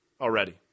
already